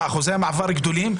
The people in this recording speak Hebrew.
נורא.